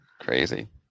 crazy